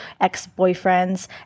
ex-boyfriends